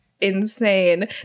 insane